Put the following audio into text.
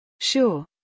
Sure